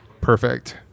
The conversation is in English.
perfect